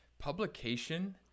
publication